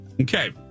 Okay